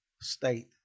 state